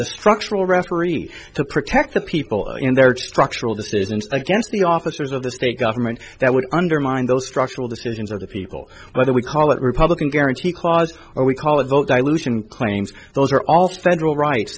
the structural referee to protect the people in there are structural decisions against the officers of the state government that would undermine those structural decisions of the people whether we call it republican guarantee clause or we call it vote dilution claims those are all federal rights